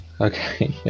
Okay